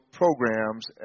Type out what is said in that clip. programs